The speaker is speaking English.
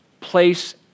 place